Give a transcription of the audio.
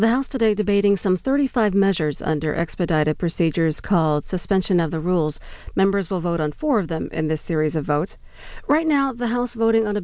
the house today debating some thirty five measures under expedited procedures called suspension of the rules members will vote on four of them in the series of votes right now the house voting on